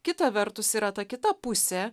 kita vertus yra ta kita pusė